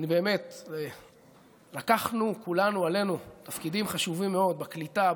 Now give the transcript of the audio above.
באמת לקחנו כולנו עלינו תפקידים חשובים מאוד בקליטה,